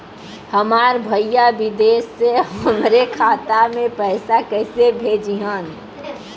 हमार भईया विदेश से हमारे खाता में पैसा कैसे भेजिह्न्न?